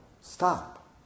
stop